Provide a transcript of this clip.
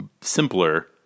simpler